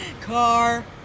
Car